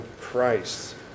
Christ